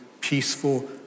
peaceful